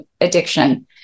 addiction